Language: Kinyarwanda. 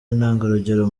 intangarugero